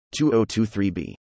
2023b